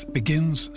begins